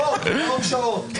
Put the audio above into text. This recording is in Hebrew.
מאות שעות.